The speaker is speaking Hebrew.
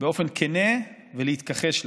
באופן כן ולהתכחש לה.